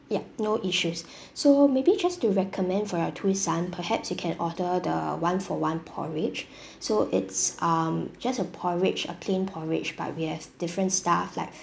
ya no issues so maybe just to recommend for your two son perhaps you can order the one for one porridge so it's um just a porridge a plain porridge but we have different stuff like